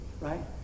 right